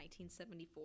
1974